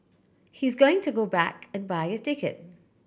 he's going to go back and buy a ticket